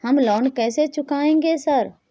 हम लोन कैसे चुकाएंगे सर?